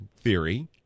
theory